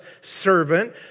servant